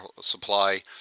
supply